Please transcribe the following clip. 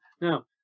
Now